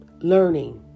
learning